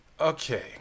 Okay